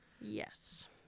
Yes